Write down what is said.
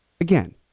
again